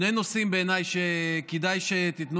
יש שני נושאים שבעיניי כדאי שתיתנו